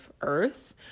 earth